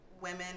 women